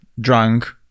drunk